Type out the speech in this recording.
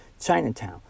Chinatown